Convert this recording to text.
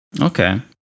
Okay